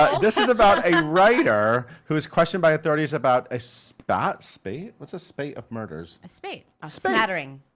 ah this is about a writer who's questioned by authorities about a spat, spate? what's a spate of murders? a spate. a smattering.